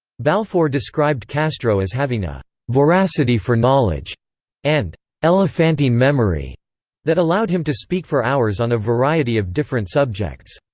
balfour described castro as having a voracity for knowledge and elephantine memory that allowed him to speak for hours on a variety of different subjects.